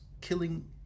killing